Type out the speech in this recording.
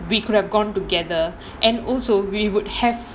we could have gone together and also we would have